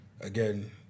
Again